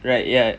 right yeah